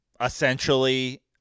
essentially